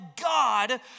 God